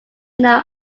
snow